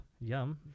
Yum